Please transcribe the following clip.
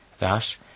Thus